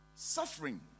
Suffering